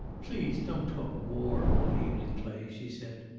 please don't talk war all evening, clay, she said.